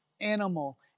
animal